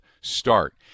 start